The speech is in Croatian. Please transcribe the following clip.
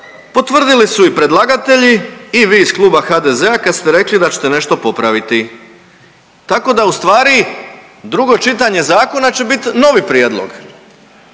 potvrdili su i predlagatelji i vi iz kluba HDZ-a kad ste rekli da ćete nešto popraviti. Tako da ustvari drugo čitanje zakona će bit novi prijedlog,